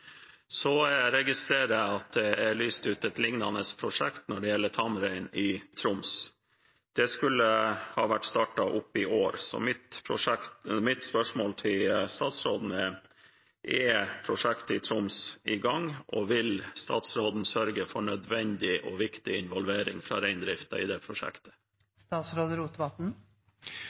Så registrerer jeg at det er lyst ut et lignende prosjekt når det gjelder tamrein i Troms. Det skulle ha vært startet opp i år. Så mitt spørsmål til statsråden er: Er prosjektet i Troms i gang, og vil statsråden sørge for nødvendig og viktig involvering fra reindrifta i det prosjektet?